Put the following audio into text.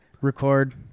record